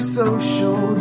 social